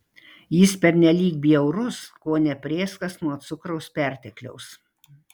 jis pernelyg bjaurus kone prėskas nuo cukraus pertekliaus